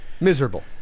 miserable